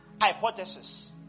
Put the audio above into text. hypothesis